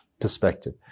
perspective